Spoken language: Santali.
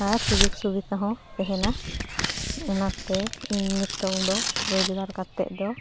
ᱟᱨ ᱥᱩᱡᱳᱜᱽᱼᱥᱩᱵᱤᱛᱟᱦᱚᱸ ᱛᱮᱦᱮᱱᱟ ᱚᱱᱟᱛᱮ ᱤᱧ ᱱᱤᱛᱚᱝᱫᱚ ᱨᱳᱡᱽᱜᱟᱨ ᱠᱟᱛᱮᱫ ᱫᱚ